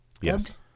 Yes